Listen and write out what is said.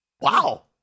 Wow